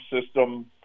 system